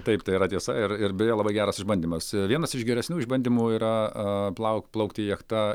taip tai yra tiesa ir ir beje labai geras išbandymas vienas iš geresnių išbandymų yra plaukti plaukti jachta